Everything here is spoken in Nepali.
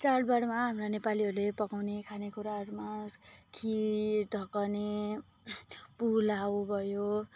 चाडबाडमा हाम्रा नेपालीहरूले पकाउने खाने कुराहरूमा खिर ढकने पुलाउ भयो